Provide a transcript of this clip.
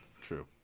True